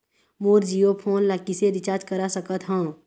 मोर Jio phone ला किसे recharge करा सकत हवं?